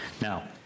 Now